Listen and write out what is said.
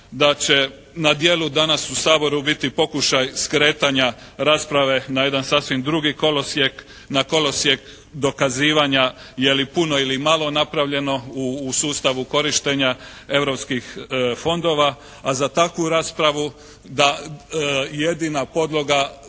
da će na djelu danas u Saboru biti pokušaj skretanja rasprave na jedan sasvim drugi kolosijek, na kolosijek dokazivanja je li puno ili malo napravljeno u sustavu korištenja europskih fondova, a za takvu raspravu da jedina podloga